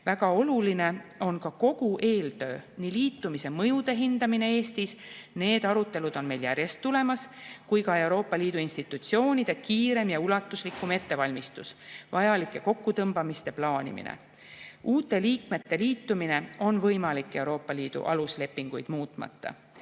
Väga oluline on ka kogu eeltöö, nii liitumise mõjude hindamine Eestis – need arutelud on meil järjest tulemas – kui ka Euroopa Liidu institutsioonide kiirem ja ulatuslikum ettevalmistus, vajalike kokkutõmbamiste plaanimine. Uute liikmete liitumine on võimalik Euroopa Liidu aluslepinguid muutmata.